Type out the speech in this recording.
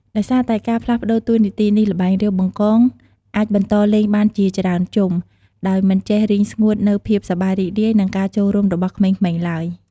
ដោយសារតែការផ្លាស់ប្តូរតួនាទីនេះ ល្បែង រាវបង្កង អាចបន្តលេងបានជាច្រើនជុំ ដោយមិនចេះរីងស្ងួតនូវភាពសប្បាយរីករាយ និងការចូលរួមរបស់ក្មេងៗឡើយ។